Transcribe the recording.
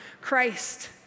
Christ